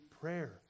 prayer